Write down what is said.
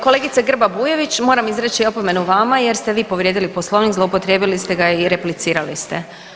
Kolegice Grba Bujević, moram izreći opomenu vama jer ste vi povrijedili Poslovnik, zloupotrijebili ste ga i replicirali ste.